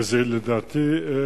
ולדעתי,